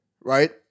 right